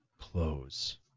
close